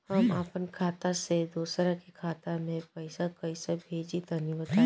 हम आपन खाता से दोसरा के खाता मे पईसा कइसे भेजि तनि बताईं?